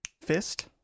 Fist